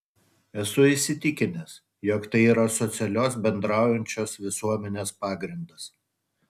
esu įsitikinęs jog tai yra socialios bendraujančios visuomenės pagrindas